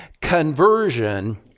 Conversion